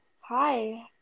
Hi